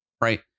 right